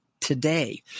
today